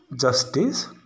justice